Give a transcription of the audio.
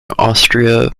austria